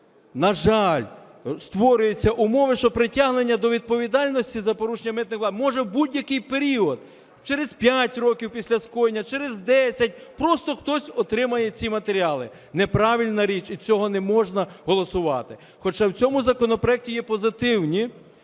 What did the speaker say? на жаль, створюються умови, що притягнення до відповідальності за порушення митних правил може бути в будь-який період: через 5 років після скоєння, через 10. Просто хтось отримає ці матеріали. Неправильна річ, і цього не можна голосувати. Хоча в цьому законопроекті є позитивні